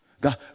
God